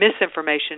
misinformation